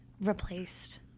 replaced